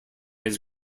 his